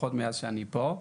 לפחות מאז שאני פה,